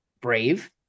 brave